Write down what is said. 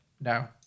No